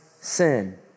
sin